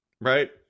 right